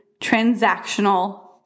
transactional